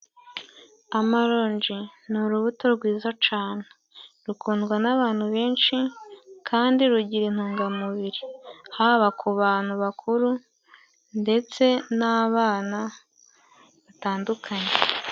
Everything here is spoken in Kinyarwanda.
Amaronje ni urubuto rwiza cane rukundwa n'abantu benshi, kandi rugira intungamubiri. Haba ku bantu bakuru ndetse n'abana batandukanye.